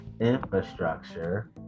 infrastructure